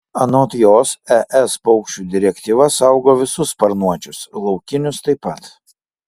anot jos es paukščių direktyva saugo visus sparnuočius laukinius taip pat